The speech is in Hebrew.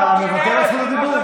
אתה מוותר על זכות הדיבור?